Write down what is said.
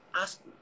Ask